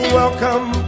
welcome